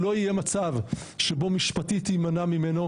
שלא יהיה מצב שבו משפטית יימנע ממנו